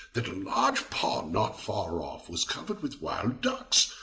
that a large pond not far off was covered with wild ducks.